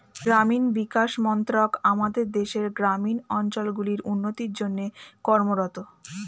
গ্রামীণ বিকাশ মন্ত্রক আমাদের দেশের গ্রামীণ অঞ্চলগুলির উন্নতির জন্যে কর্মরত